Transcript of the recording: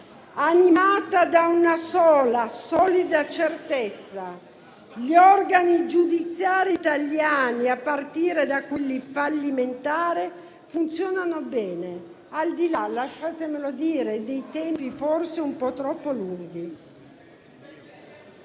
animata da una sola, solida certezza: gli organi giudiziari italiani, a partire da quelli fallimentari, funzionano bene, al di là - lasciatemelo dire - dei tempi forse un po' troppo lunghi.